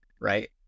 right